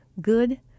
good